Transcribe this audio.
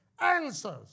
Answers